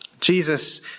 Jesus